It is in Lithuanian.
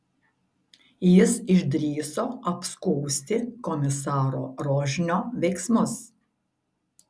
jis išdrįso apskųsti komisaro rožnio veiksmus